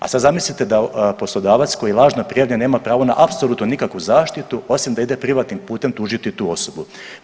A sad zamislite da poslodavac koji je lažno prijavljen nema pravo na apsolutno nikakvu zaštitu osim da ide privatnim putem tužiti tu osobu.